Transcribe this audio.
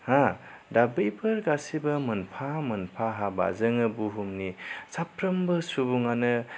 हा दा बैफोर गासिबो मोनफा मोनफा हाबा जोङो बुहुमनि साफ्रोमबो सुबुङानो